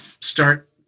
Start